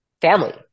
family